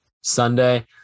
Sunday